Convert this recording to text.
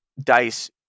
Dice